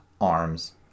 arms